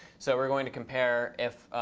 so we're going to compare if